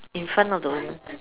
in front of the women